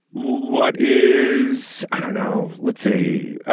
what is i don't know. let's see,